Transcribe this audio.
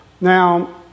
Now